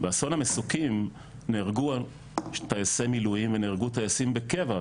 באסון המסוקים נהרגו טייסי מילואים ונהרגו טייסי בקבע,